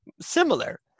similar